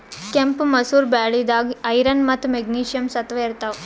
ಕೆಂಪ್ ಮಸೂರ್ ಬ್ಯಾಳಿದಾಗ್ ಐರನ್ ಮತ್ತ್ ಮೆಗ್ನೀಷಿಯಂ ಸತ್ವ ಇರ್ತವ್